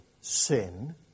sin